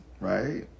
right